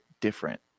different